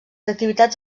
activitats